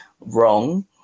wrong